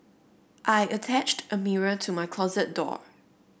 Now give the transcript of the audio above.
I attached a mirror to my closet door